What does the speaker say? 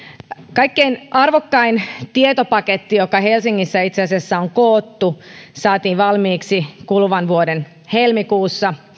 kaikkein arvokkain tietopaketti joka helsingissä itse asiassa on koottu saatiin valmiiksi kuluvan vuoden helmikuussa